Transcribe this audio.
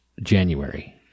January